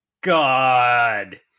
god